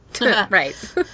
right